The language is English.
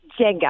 Jenga